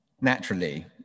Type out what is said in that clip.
naturally